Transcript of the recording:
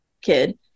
kid